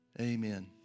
Amen